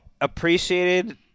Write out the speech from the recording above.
appreciated